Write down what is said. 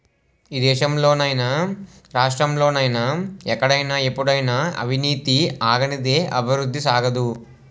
ఈ దేశంలో నైనా రాష్ట్రంలో నైనా ఎక్కడైనా ఎప్పుడైనా అవినీతి ఆగనిదే అభివృద్ధి సాగదు